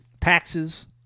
Taxes